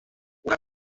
una